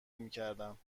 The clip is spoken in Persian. میکردم